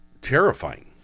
terrifying